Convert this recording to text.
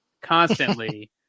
constantly